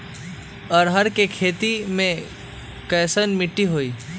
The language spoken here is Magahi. अरहर के खेती मे कैसन मिट्टी होइ?